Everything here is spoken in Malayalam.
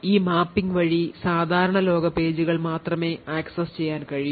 ഈ മാപ്പിംഗ് വഴി സാധാരണ ലോക പേജുകൾ മാത്രമേ ആക്സസ് ചെയ്യാൻ കഴിയൂ